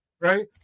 right